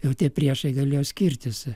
jau tie priešai galėjo skirtis